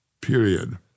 period